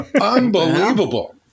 Unbelievable